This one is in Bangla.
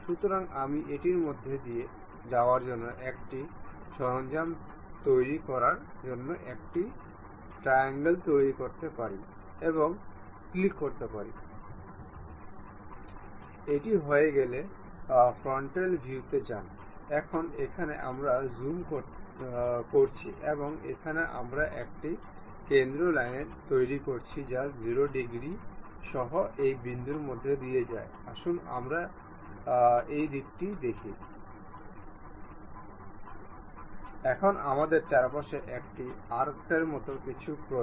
সুতরাং এই অনুসন্ধানটি আমাদের এই বলের কেন্দ্রে এবং পথের উপাদান শীর্ষবিন্দুটি নির্বাচন করতে দেয় কারণ এটি এখন পর্যন্ত দৃশ্যমান নয়